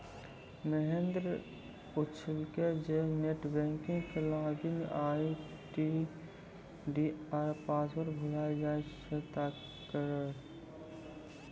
महेन्द्र पुछलकै जे net banking के लागिन आई.डी आरु पासवर्ड भुलाय जाय त कि करतै?